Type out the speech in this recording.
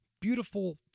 beautiful